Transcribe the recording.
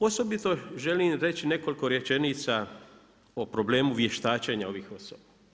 Osobito želim reći nekoliko rečenica o problemu vještačenja ovih osoba.